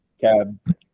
cab